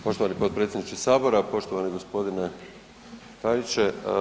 Poštovani potpredsjedniče Sabora, poštovani gospodine tajniče.